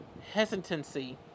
hesitancy